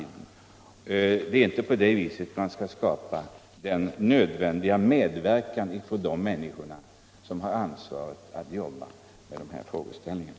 Det är inte på det viset man skapar en nödvändig medverkan av de människor som har ansvaret för arbetet med dessa problem.